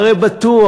הרי בטוח,